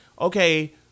okay